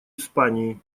испании